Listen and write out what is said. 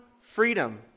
freedom